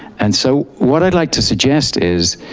and so, what i'd like to suggest is,